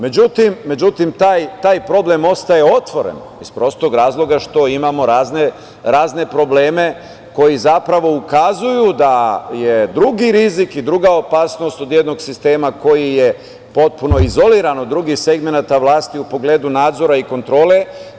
Međutim, taj problem ostaje otvoren, iz prostog razloga što imamo razne probleme koji zapravo ukazuju da je drugi rizik i druga opasnost od jednog sistema koji je potpuno izoliran od drugih segmenata vlasti u pogledu nadzora i kontrole.